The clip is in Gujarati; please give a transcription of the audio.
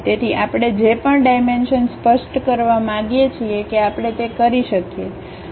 તેથી આપણે જે પણ ડાઇમેંશનસ્પષ્ટ કરવા માંગીએ છીએ કે આપણે તે કરી શકીએ